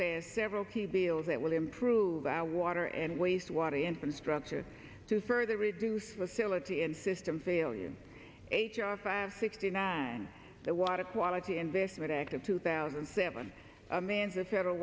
a several key bills that will improve our water and wastewater infrastructure to further reduce facility and system failure h r five sixty nine the water quality investment act of two thousand and seven man's a federal